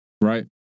Right